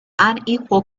unequal